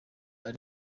ari